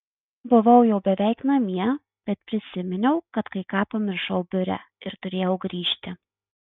buvau jau beveik namie bet prisiminiau kad kai ką pamiršau biure ir turėjau grįžti